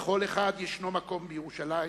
"לכל אחד ישנו מקום בירושלים